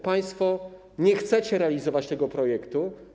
Państwo nie chcecie realizować tego projektu.